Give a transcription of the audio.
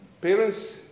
Parents